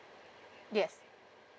yes